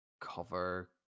cover